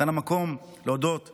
כאן המקום להודות לכם,